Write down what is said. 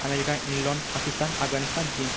America England Pakistan Afghanistan China